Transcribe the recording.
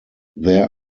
there